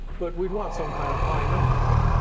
but we'd want some kind of high number, right?